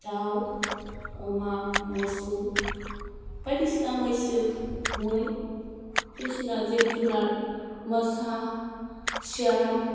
दाउ अमा मोसौ बायदिसिना मैसो मै बायदिसिना जिब जुनार मोसा सियाल